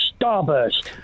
Starburst